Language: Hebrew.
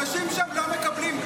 אנשים שם לא מקבלים,